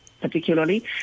Particularly